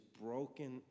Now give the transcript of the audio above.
broken